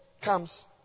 comes